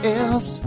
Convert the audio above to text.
else